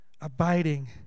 abiding